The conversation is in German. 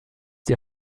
die